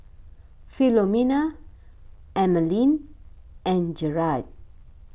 Philomena Emaline and Jarrett